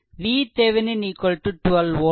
VThevenin 12 volt